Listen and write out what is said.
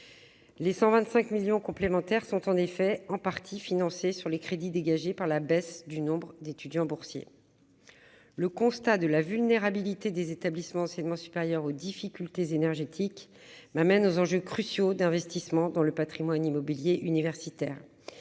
les 125 millions complémentaires sont en partie financés sur les crédits dégagés par la baisse du nombre d'étudiants boursiers. Le constat de la vulnérabilité des établissements d'enseignement supérieur aux difficultés énergétiques me conduit à aborder les enjeux cruciaux d'investissement dans le patrimoine immobilier universitaire.